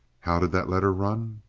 how did that letter run